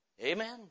Amen